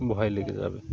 ভয় লেগে যাবে